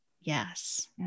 Yes